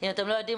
אם אתם לא יודעים,